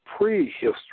prehistory